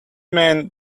man